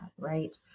right